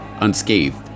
unscathed